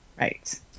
Right